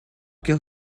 could